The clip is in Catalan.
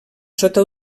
sota